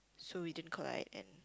so we didn't collide and